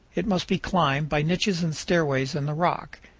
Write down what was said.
it must be climbed by niches and stairways in the rock.